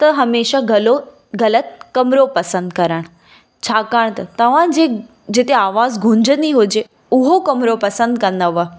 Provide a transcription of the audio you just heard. त हमेशह गलो ग़लति कमिरो पसंदि करण छाकाणि त तव्हांजे जिते आवाज़ गूंजंदी हुजे उहो कमिरो पसंदि कंदव